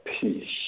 peace